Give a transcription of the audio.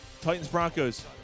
Titans-Broncos